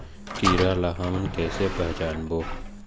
कीरा ला हमन कइसे पहचानबो?